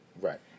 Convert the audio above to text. Right